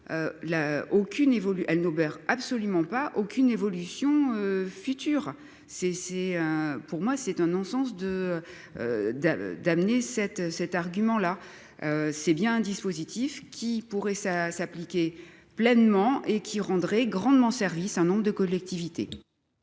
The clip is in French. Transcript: elle n'obère absolument pas aucune évolution future c'est c'est. Pour moi c'est un non sens de. De, d'amener cet cet argument-là. C'est bien un dispositif qui pourrait ça s'appliquer pleinement et qui rendrait grandement service un nombre de collectivités.